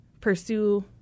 pursue